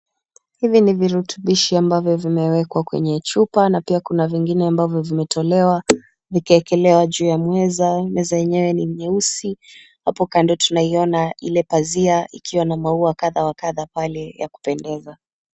Hivi ni virutubisho ambavyo vimewekwa kwenye chupa na pia kuna vingine ambavyo vimetolewa vikawekelewa juu ya meza meza yenyewe ni nyeusi hapo kando tunaiona ikiwa na pasia ikiwa na maua kadha wa kadha pale ya kutengenesa.